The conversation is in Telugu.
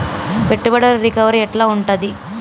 పెట్టుబడుల రికవరీ ఎట్ల ఉంటది?